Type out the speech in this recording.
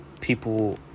People